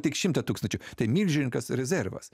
tik šimtą tūkstančių tai milžiniškas rezervas